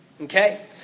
Okay